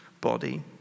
body